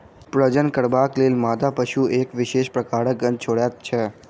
प्रजनन करबाक लेल मादा पशु एक विशेष प्रकारक गंध छोड़ैत छै